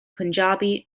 punjabi